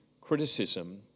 criticism